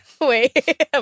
Wait